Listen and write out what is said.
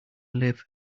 live